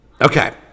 Okay